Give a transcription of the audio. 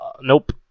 Nope